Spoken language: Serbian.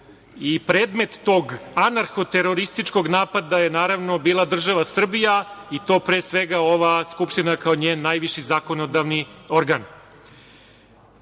i predmet tog anarho terorističkog napada je bila država Srbija i to, pre svega, ova skupština kao njen najviši zakonodavni organ.